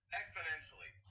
exponentially